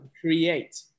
create